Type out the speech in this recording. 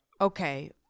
Okay